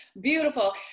Beautiful